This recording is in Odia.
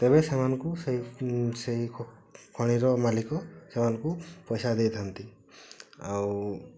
ତେବେ ସେମାନଙ୍କୁ ସେଇ ସେଇ ଖଣିର ମାଲିକ ସେମାନଙ୍କୁ ପଇସା ଦେଇଥାନ୍ତି ଆଉ